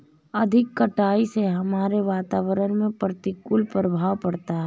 अधिक कटाई से हमारे वातावरण में प्रतिकूल प्रभाव पड़ता है